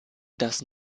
das